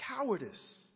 cowardice